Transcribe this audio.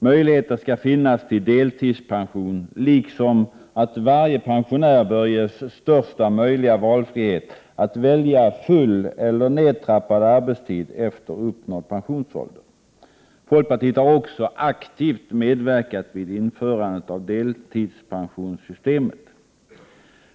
Möjligheter skall finnas till deltidspension, liksom att varje pensionär bör ges största möjliga valfrihet att välja full eller nedtrappad arbetstid efter uppnådd pensionsålder. Folkpartiet har också aktivt medverkat vid införandet av deltidspensionssystemet.